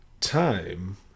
Time